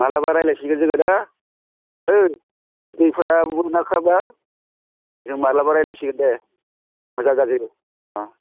मालाबा रायलायफिनगोन जों दे ओय दैफोरा मोनाखैबा जों माब्लाबा रायलायसिगोन दे मोजां गाज्रि अह